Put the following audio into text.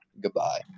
Goodbye